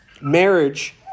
Marriage